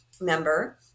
member